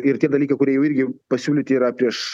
ir tie dalykai kurie jau irgi pasiūlyti yra prieš